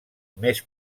més